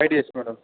its madam